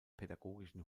pädagogischen